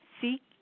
Seek